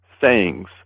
sayings